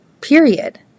period